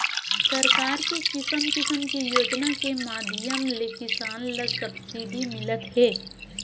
सरकार के किसम किसम के योजना के माधियम ले किसान ल सब्सिडी मिलत हे